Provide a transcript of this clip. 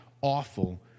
awful